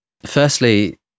Firstly